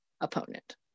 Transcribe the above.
opponent